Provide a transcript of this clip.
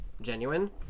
genuine